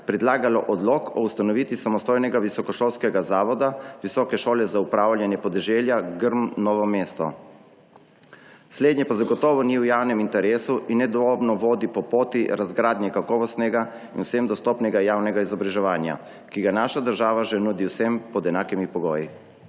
predlagala odlok o ustanovitvi samostojnega visokošolskega zavoda Visoke šole za upravljanje podeželja Grm Novo mesto. Slednje pa zagotovo ni v javnem interesu in nedvomno vodi po poti razgradnje kakovostnega in vsem dostopnega javnega izobraževanja, ki ga naša država že nudi vsem pod enakimi pogoji.